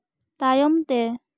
ᱛᱟᱭᱚᱢ ᱛᱮ